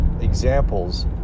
examples